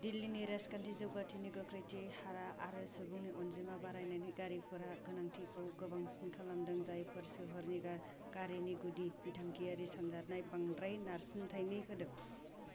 दिल्लिनि राजखान्थि जौगाथायनि गोख्रैथि हारा आरो सुबुंनि अनजिमा बारायनायनि गारिफोरा गोनांथिखौ गोबांसिन खालामदों जायफोरा सोहोरनि गारिनि गुदि बिथांखियारि सानजथाइआव बांद्राय नारसिनथाइ होदों